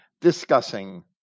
discussing